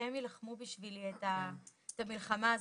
שהם יילחמו בשבילי את המלחמה הזאת,